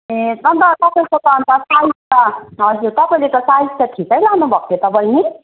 ए अन्त तपाईँको त अन्त साइज त हजुर तपाईँले त साइज त ठिकै लानु भएको थियो त बहिनी